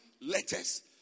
letters